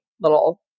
little